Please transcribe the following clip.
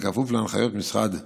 בכפוף להנחיות משרד הבריאות,